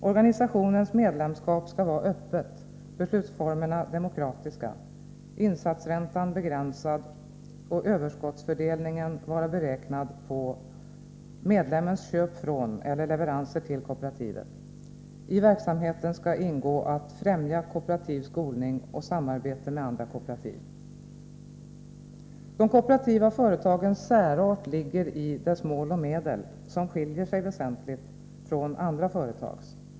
Organisationens medlemskap skall vara öppet, beslutsformerna demokratiska, insatsräntan begränsad, och överskottsfördelningen skall vara beräknad på medlemmens köp från eller leveranser till kooperativet. I verksamheten skall ingå att främja kooperativ skolning och samarbete med andra kooperativ. De kooperativa företagens särart ligger i deras mål och medel, som skiljer sig väsentligt från andra företags.